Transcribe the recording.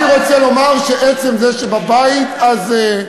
אני רוצה לומר שעצם זה שבבית הזה,